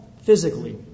physically